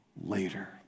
later